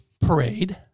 parade